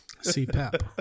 CPAP